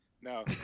No